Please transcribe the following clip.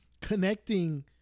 connecting